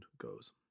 goes